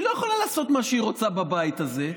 לא יכולה לעשות מה שהיא רוצה בבית הזה,